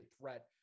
threat